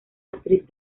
actriz